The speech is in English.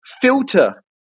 filter